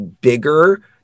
bigger